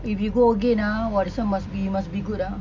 if you go again ah !wah! this [one] must be must be good ah